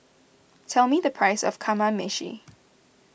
tell me the price of Kamameshi